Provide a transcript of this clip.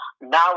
now